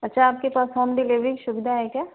अच्छा आपके पास होम डिलेवरी शुविधा है क्या